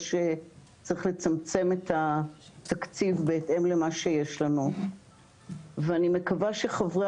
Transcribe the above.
שצריך לצמצם את התקציב בהתאם למה שיש לנו ואני מקווה שחברי